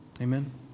Amen